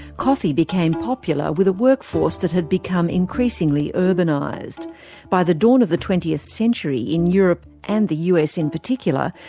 coffee became popular with a workforce that had become increasingly urbanised. by the dawn of the twentieth century in europe and the us in particular,